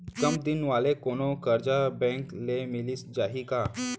कम दिन वाले कोनो करजा बैंक ले मिलिस जाही का?